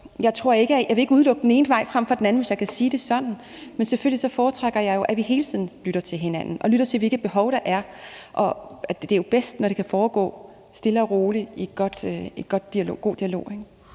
jeg vil ikke udelukke den ene vej frem for den anden, hvis jeg kan sige det sådan. Men selvfølgelig foretrækker jeg jo, at vi hele tiden lytter til hinanden og lytter til, hvilke behov der er. Og det er jo bedst, når det kan foregå stille og roligt i en god dialog.